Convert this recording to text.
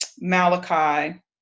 Malachi